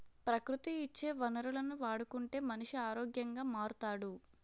ప్రకృతి ఇచ్చే వనరులను వాడుకుంటే మనిషి ఆరోగ్యంగా మారుతాడు